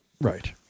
Right